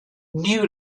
new